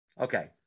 Okay